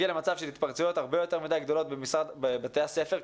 להתפרצויות יותר גדולות מאוד בבתי הספר,